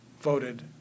voted